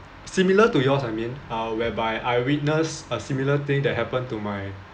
similar to yours I mean uh whereby I witnessed a similar thing that happened to my